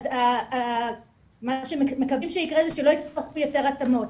אז מה שמקווים שיקרה זה שלא יצטרכו יותר התאמות.